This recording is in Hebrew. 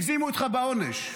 הגזימו איתך בעונש.